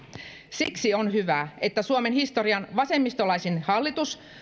siksi on hyvä että suomen historian vasemmistolaisin hallitus